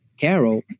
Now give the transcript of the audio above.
Carol